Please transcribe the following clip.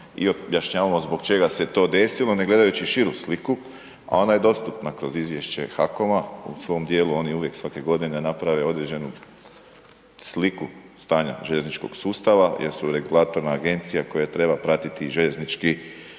i objašnjavamo zbog čega se to desilo ne gledajući širu sliku, a ona je dostatna kroz izvješće HAKOM-a u svom dijelu oni uvijek svake godine naprave određenu sliku stanja željezničkog sustava jer su regulatorna agencija koja treba pratiti i željeznički